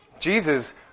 Jesus